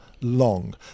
long